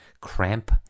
cramp